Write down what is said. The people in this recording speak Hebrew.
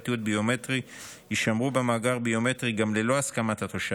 תיעוד ביומטרי יישמרו במאגר הביומטרי גם ללא הסכמת התושב,